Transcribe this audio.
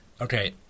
Okay